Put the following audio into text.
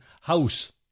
House